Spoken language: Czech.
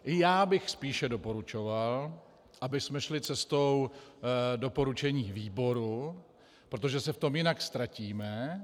I já bych spíše doporučoval, abychom šli cestou doporučení výboru, protože se v tom jinak ztratíme.